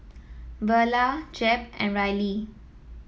Verla Jep and Rylie